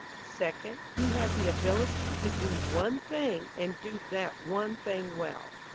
second, he had the ability to do one thing and do that one thing well.